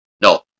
no